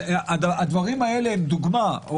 הדברים האלה הם דוגמה.